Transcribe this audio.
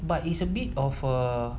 but it's a bit of a